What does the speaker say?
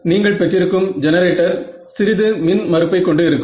நீங்கள் பெற்றிருக்கும் ஜெனரேட்டர் சிறிது மின் மறுப்பை கொண்டு இருக்கும்